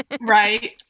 Right